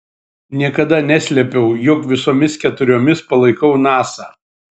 niekada neslėpiau jog visomis keturiomis palaikau nasa